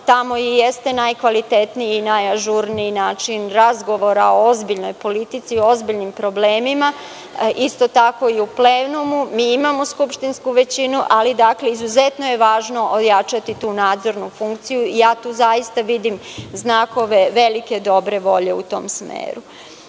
tamo i jeste najkvalitetniji i najažurniji način rada i razgovora o ozbiljnoj politici i problemima, isto tako i u plenumu. Mi imamo skupštinsku većinu, ali izuzetno je važno ojačati tu nadzornu funkciju i ja tu zaista vidim znakove velike dobre volje u tom smeru. Takođe